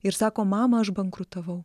ir sako mama aš bankrutavau